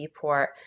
port